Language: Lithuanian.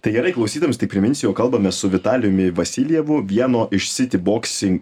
tai gerai klausytojams tik priminsiu jog kalbamės su vitalijumi vasiljevu vieno iš sity boksin